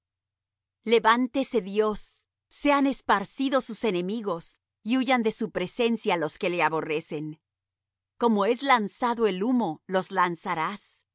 levantese dios sean esparcidos sus enemigos y huyan de su presencia los que le aborrecen como es lanzado el humo los lanzarás como se